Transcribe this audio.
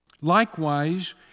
Likewise